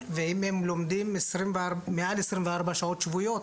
ואם הם לומדים מעל 24 שעות שבועיות,